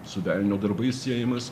su velnio darbais siejamas